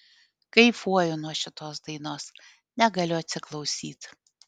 kaifuoju nuo šitos dainos negaliu atsiklausyt